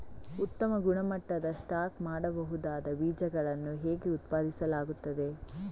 ಉತ್ತಮ ಗುಣಮಟ್ಟದ ಸ್ಟಾಕ್ ಮಾಡಬಹುದಾದ ಬೀಜಗಳನ್ನು ಹೇಗೆ ಉತ್ಪಾದಿಸಲಾಗುತ್ತದೆ